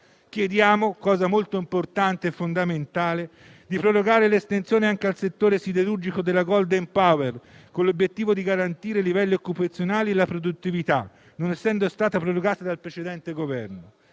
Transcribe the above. Chiediamo, cosa molto importante e fondamentale, di prorogare l'estensione, anche al settore siderurgico, del *golden power*, con l'obiettivo di garantire livelli occupazionali e la produttività, non essendo stata prorogata dal precedente Governo.